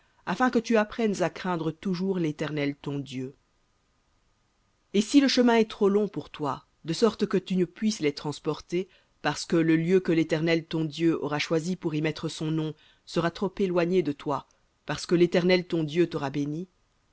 afin que tu apprennes à craindre toujours l'éternel ton dieu et si le chemin est trop long pour toi de sorte que tu ne puisses les transporter parce que le lieu que l'éternel ton dieu aura choisi pour y mettre son nom sera trop éloigné de toi parce que l'éternel ton dieu t'aura béni